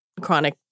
chronic